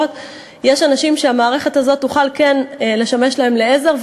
יש אנשים שהמערכת הזאת תוכל להיות להם לעזר,